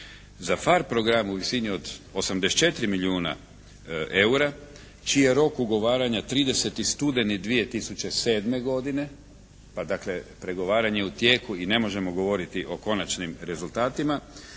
Za PHARE program u visini od 84 milijuna eura čiji je rok ugovaranja 30. studeni 2007. godine pa dakle pregovaranje je u tijeku i ne možemo govoriti o konačnim rezultatima